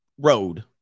road